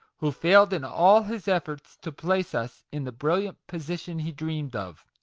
who failed in all his efforts to place us in the brilliant position he dreamed of.